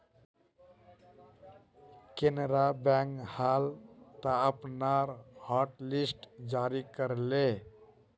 Canara bank हाल त अपनार हॉटलिस्ट जारी कर ले